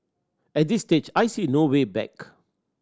at this stage I see no way back